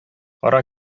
кара